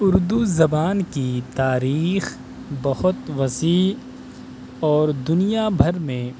اردو زبان کی تاریخ بہت وسیع اور دنیا بھر میں